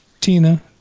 Tina